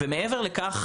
ומעבר לכך,